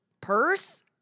Purse